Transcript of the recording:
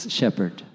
shepherd